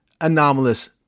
anomalous